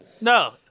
No